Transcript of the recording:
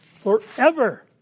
forever